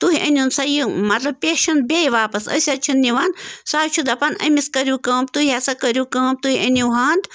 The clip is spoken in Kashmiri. تُہۍ أنۍوُن سا یہِ مطلب پیشنٛٹ بیٚیہِ واپَس أسۍ حظ چھِن نِوان سُہ حظ چھِ دَپان أمِس کٔرِو کٲم تُہۍ یہِ ہسا کٔرِو کٲم تُہۍ أنِو ہنٛد